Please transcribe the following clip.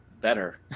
better